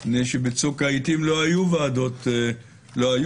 כי בצוק העיתים לא היו ועדות אחרות.